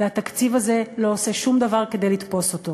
והתקציב הזה לא עושה שום דבר כדי לתפוס אותו.